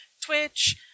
Twitch